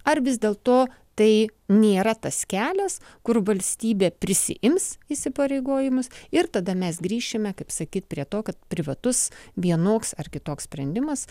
ar vis dėlto tai nėra tas kelias kur valstybė prisiims įsipareigojimus ir tada mes grįšime kaip sakyti prie to kad privatus vienoks ar kitoks sprendimas